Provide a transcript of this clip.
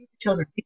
children